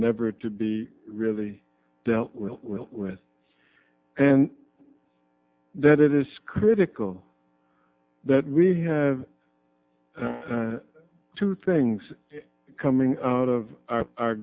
never to be really dealt with and that it is critical that we have two things coming out of our